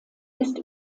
ist